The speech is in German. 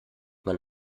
man